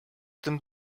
tym